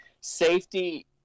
safety